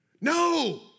No